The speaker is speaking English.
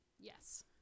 Yes